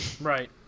right